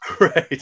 Right